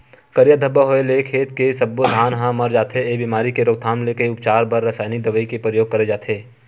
करिया धब्बा होय ले खेत के सब्बो धान ह मर जथे, ए बेमारी के रोकथाम के उपचार बर रसाइनिक दवई के परियोग करे जाथे